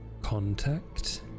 contact